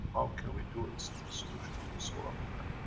how can we do, accept a solution of the soul of the man?